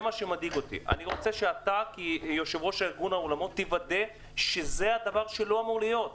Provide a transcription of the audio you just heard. אתה רוצה שאתה כיושב-ראש איגוד האולמות תוודא שזה דבר שלא אמור להיות.